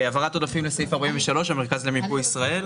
העברת עודפים לסעיף 43, המרכז למיפוי ישראל.